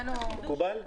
מבחינתנו --- מקובל?